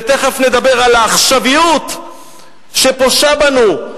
ותיכף נדבר על העכשוויות שפושה בנו,